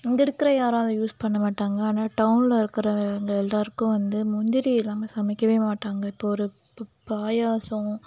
இங்கே இருக்கிற யாரும் அதை யூஸ் பண்ண மாட்டாங்க ஆனால் டௌனில் இருக்கிறவைங்க எல்லாருக்கும் வந்து முந்திரி இல்லாமல் சமைக்கவே மாட்டாங்க இப்போ ஒரு பப் பாயாசம்